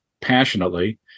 passionately